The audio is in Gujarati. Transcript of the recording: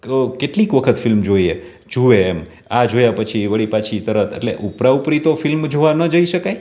કેટલીક વખત ફિલ્મ જોઈએ જુએ એમ આ જોયાં પછી વળી પાછી તરત એટલે ઉપરા ઉપરી તો ફિલ્મ જોવાં ન જઈ શકાય